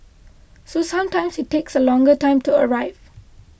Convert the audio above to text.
so sometimes it takes a longer time to arrive